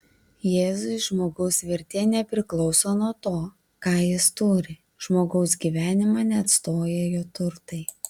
jėzui žmogaus vertė nepriklauso nuo to ką jis turi žmogaus gyvenimą neatstoja jo turtai